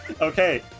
Okay